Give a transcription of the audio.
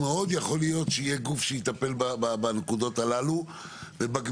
מאוד יכול להיות שיהיה גוף שיטפל בנקודות הללו ובגמישות,